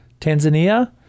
Tanzania